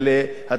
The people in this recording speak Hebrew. תודה רבה